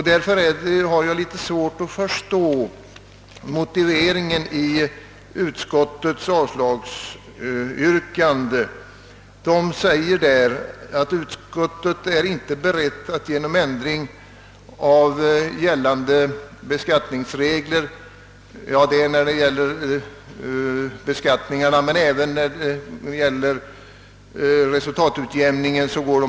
Därför har jag svårt att förstå utskottets motivering när utskottet avstyrker såväl ändring av gällande beskattningsregler som förslaget att fiskare skall få göra avsättning till en resultatutjämningsfond.